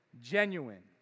genuine